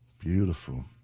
Beautiful